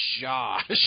Josh